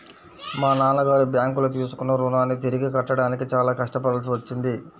మా నాన్నగారు బ్యేంకులో తీసుకున్న రుణాన్ని తిరిగి కట్టడానికి చాలా కష్టపడాల్సి వచ్చింది